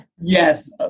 Yes